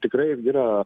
tikrai yra